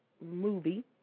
movie